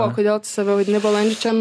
o kodėl tu save vadini balandžiu čia